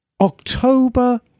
October